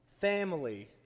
family